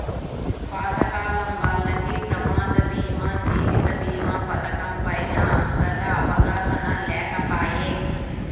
పాతకాలం వాల్లకి ప్రమాద బీమా జీవిత బీమా పతకం పైన అంతగా అవగాహన లేకపాయె